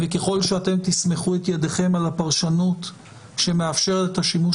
וככל שאתם תסמכו את ידיכם על הפרשנות שמאפשרת את השימוש